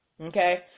okay